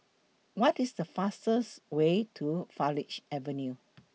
What IS The fastest Way to Farleigh Avenue